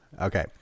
Okay